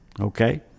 okay